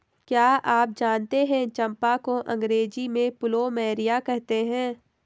क्या आप जानते है चम्पा को अंग्रेजी में प्लूमेरिया कहते हैं?